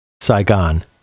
Saigon